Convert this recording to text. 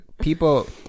people